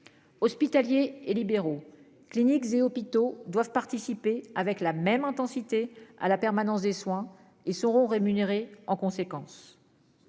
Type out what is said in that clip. Hospitaliers et libéraux, cliniques et hôpitaux doivent participer avec la même intensité à la permanence des soins et seront rémunérés en conséquence.